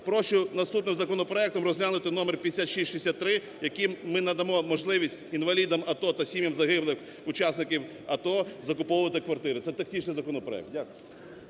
прошу наступним законопроектом розглянути номер 5663, яким ми надамо можливість інвалідам АТО та сім'ям загиблих учасників АТО закуповувати квартири, це технічний законопроект. Дякую.